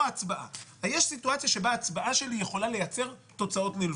יש סיטואציה שבה ההצבעה שלי יכולה לייצר תוצאות נלוות.